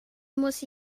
muss